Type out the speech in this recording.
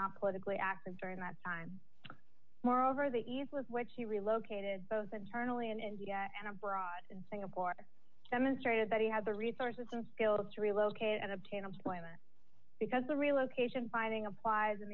not politically active during that time moreover the ease with which he relocated both internally in india and abroad in singapore demonstrated that he had the resources and skills to relocate and obtain employment because the relocation finding applies